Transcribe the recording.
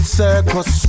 circus